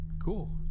Cool